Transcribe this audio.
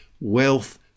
wealth